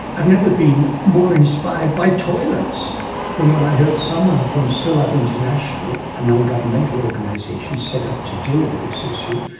i have never been more inspired by toilets than when i heard someone from sulabh international, a non-governmental organisation set up to deal with this issue,